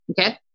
Okay